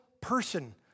person